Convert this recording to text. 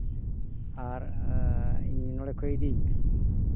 ᱟᱨ ᱤᱧ ᱱᱚᱰᱮ ᱠᱷᱚᱱ ᱤᱫᱤᱧ ᱢᱮ